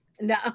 No